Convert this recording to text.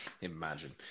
Imagine